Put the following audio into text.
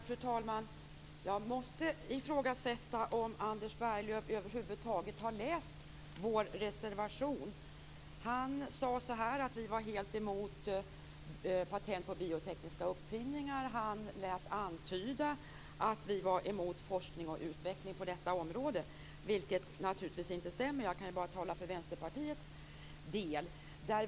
Fru talman! Jag måste ifrågasätta om Anders Berglöv har läst vår reservation. Anders Berglöv sade att vi är helt emot patent på biotekniska uppfinningar. Han lät antyda att vi är emot forskning och utveckling på detta område - vilket naturligtvis inte stämmer. Jag kan bara tala för Vänsterpartiet.